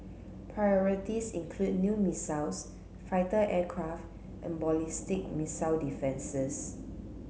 priorities include new missiles fighter aircraft and ballistic missile defences